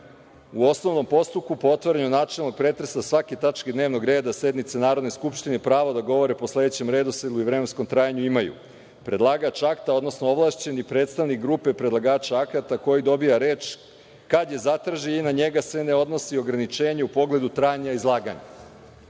„U osnovnom postupku po otvaranju načelnog pretresa svake tačke dnevnog reda sednice Narodne skupštine pravo da govore po sledećem redosledu i vremenskom trajanju imaju: predlagač akta, odnosno ovlašćeni predstavnik grupe predlagača akata koji dobija reč kada je zatraži i na njega se ne odnosi ograničenje u pogledu trajanja izlaganja“.Na